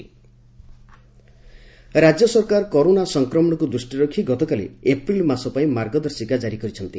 ମାର୍ଗଦର୍ଶିକା ରାଜ୍ୟ ସରକାର କରୋନା ସଂକ୍ରମଶକୁ ଦୃଷ୍ଟିରେ ରଖି ଗତକାଲି ଏପ୍ରିଲ ମାସ ପାଇଁ ମାର୍ଗଦର୍ଶିକା ଜାରି କରିଛନ୍ତି